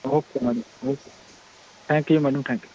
okay ma'am thank you madam thank you